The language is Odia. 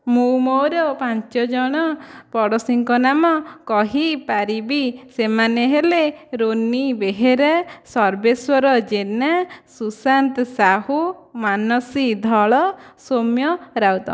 ମୁଁ ମୋର ପାଞ୍ଚଜଣ ପଡ଼ୋଶୀଙ୍କ ନାମ କହିପାରିବି ସେମାନେ ହେଲେ ରୋନି ବେହେରା ସର୍ବେଶ୍ୱର ଜେନା ସୁଶାନ୍ତ ସାହୁ ମାନସୀ ଧଳ ସୌମ୍ୟ ରାଉତ